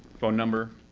phone number.